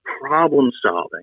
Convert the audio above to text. problem-solving